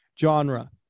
Genre